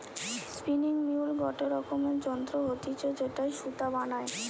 spinning mule গটে রকমের যন্ত্র হতিছে যেটায় সুতা বানায়